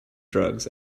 drugs